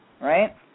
right